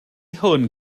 hwn